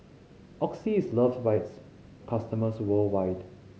Oxy is loved by its customers worldwide